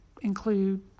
include